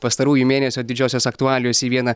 pastarųjų mėnesių didžiosios aktualijos į vieną